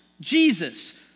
Jesus